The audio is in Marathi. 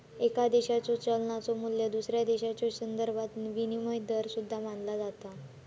एका देशाच्यो चलनाचो मू्ल्य दुसऱ्या चलनाच्यो संदर्भात विनिमय दर सुद्धा मानला जाता